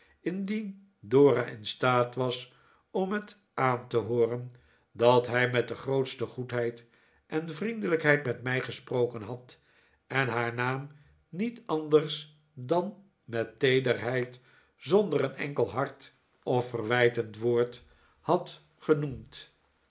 indien dora in staat was om het aan te hooren dat hij met de grootste goedheid en vriendelijkheid met mij gesproken had en haar naam niet anders dan met teederheid zonder een enkel hard of verwijtend woord had